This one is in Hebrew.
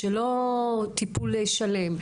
לא טיפול שלם.